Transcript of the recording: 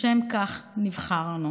לשם כך נבחרנו.